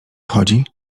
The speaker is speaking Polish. chodzi